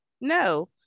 no